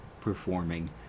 performing